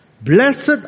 Blessed